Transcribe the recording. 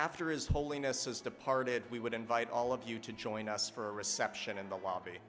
after his holiness was departed we would invite all of you to join us for a reception in the lobby